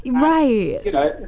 Right